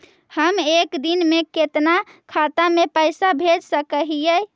हम एक दिन में कितना खाता में पैसा भेज सक हिय?